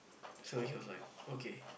so he was like okay